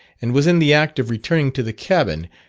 and was in the act of returning to the cabin,